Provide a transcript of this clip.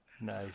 Nice